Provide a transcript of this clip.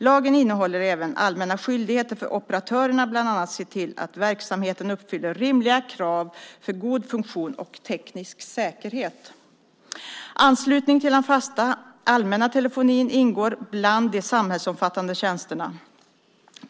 Lagen innehåller även allmänna skyldigheter för operatörerna bland annat att se till att verksamheten uppfyller rimliga krav på god funktion och teknisk säkerhet. Anslutning till det fasta allmänna telefoninätet ingår bland de samhällsomfattande tjänsterna.